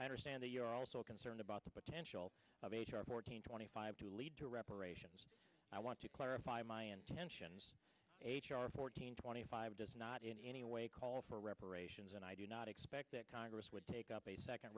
i understand that you are also concerned about the potential of h r fourteen twenty five to lead to reparations i want to clarify my intentions h r fourteen twenty five does not in any way call for reparations and i do not expect that congress would take up a second